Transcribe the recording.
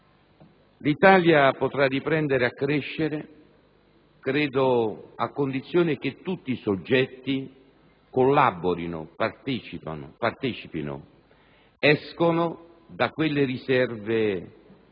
L'Italia potrà riprendere a crescere a condizione che tutti i soggetti collaborino, partecipino, escano da quelle riserve,